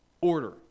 Order